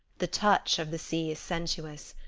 the touch of the sea is sensuous,